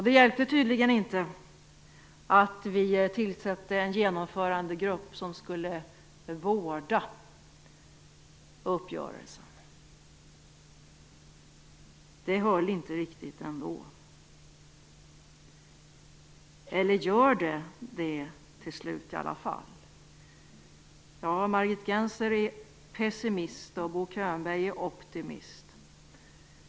Det hjälpte tydligen inte att vi tillsatte en genomförandegrupp som skulle vårda uppgörelsen. Det höll inte riktigt ändå. Eller håller det till slut i alla fall? Margit Gennser är pessimist, och Bo Könberg är optimist.